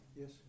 Yes